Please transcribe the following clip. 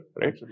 right